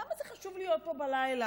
למה זה חשוב להיות פה בלילה?